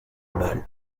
mal